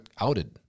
outed